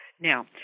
Now